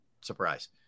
surprise